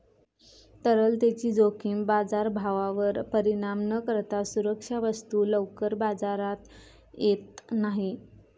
तरलतेची जोखीम बाजारभावावर परिणाम न करता सुरक्षा वस्तू लवकर बाजारात येत नाही